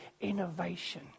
innovation